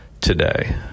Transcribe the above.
today